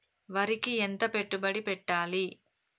వరికి ఎంత పెట్టుబడి పెట్టాలి?